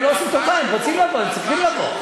הם לא עושים טובה, הם רוצים לבוא, הם צריכים לבוא.